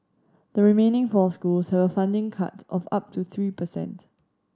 the remaining four schools have a funding cut of up to three percent